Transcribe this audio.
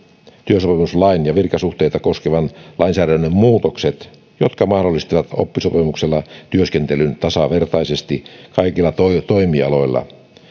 työsopimuslain ja virkasuhteita koskevan lainsäädännön muutokset jotka mahdollistavat oppisopimuksella työskentelyn tasavertaisesti kaikilla toimialoilla